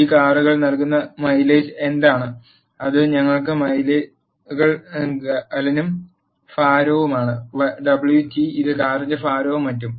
ഈ കാറുകൾ നൽകുന്ന മൈലേജ് എന്താണ് അത് ഞങ്ങൾക്ക് മൈലുകൾ ഗാലനും ഭാരവുമാണ് w t ഇത് കാറിന്റെ ഭാരവും മറ്റും